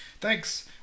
Thanks